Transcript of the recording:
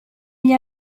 gli